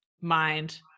mind